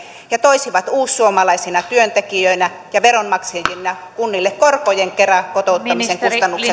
ja toisivat uussuomalaisina työntekijöinä ja veronmaksajina kunnille korkojen kera kotouttamisen kustannukset